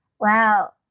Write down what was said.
wow